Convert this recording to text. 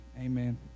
Amen